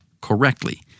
correctly